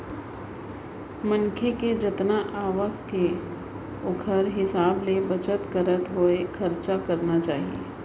मनखे के जतना आवक के ओखर हिसाब ले बचत करत होय खरचा करना चाही